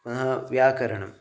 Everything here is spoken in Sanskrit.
पुनः व्याकरणं